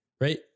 Right